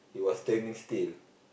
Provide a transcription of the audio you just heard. he was standing still